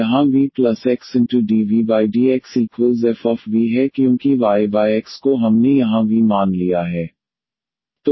यहाँ vxdvdxfv है क्योंकि yx को हमने यहाँ v मान लिया है